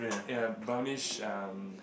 ya brownish um